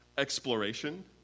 Exploration